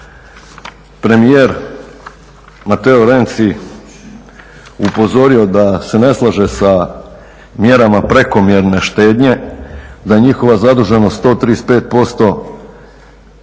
premijer Matteo Renci upozorio da se ne slaže sa mjerama prekomjerne štednje, da je njihova zaduženost 135%,